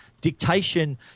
dictation